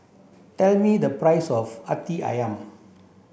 tell me the price of Hati Ayam